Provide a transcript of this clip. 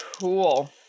Cool